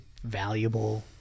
valuable